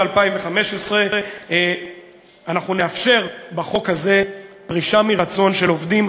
2015. אנחנו נאפשר בחוק הזה פרישה מרצון של עובדים.